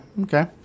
okay